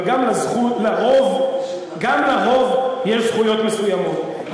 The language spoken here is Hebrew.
אבל גם לרוב יש זכויות מסוימות,